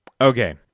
Okay